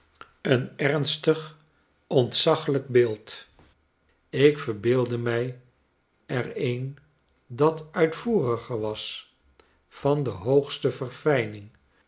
een ernstig ontzaglijk beeld ik verbeeldde mij er een dat uitvoeriger was van de hoogste verfljning